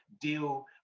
deal